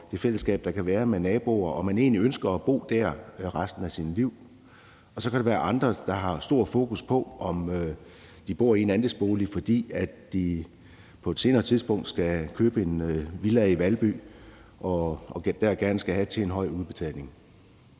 det fællesskab, der kan være i baggården og mellem naboer, og at man egentlig ønsker at bo der resten af sit liv. Og så kan der være andre, der har et stort fokus på det at bo i en andelsbolig, fordi de på et senere tidspunkt skal købe en villa i Valby og gerne skal have til en høj udbetaling